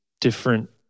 different